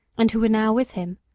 and who were now with him.